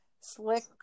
slick